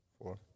four